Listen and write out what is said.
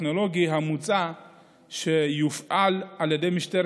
הטכנולוגי המוצע שיופעל על ידי משטרת